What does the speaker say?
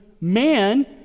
man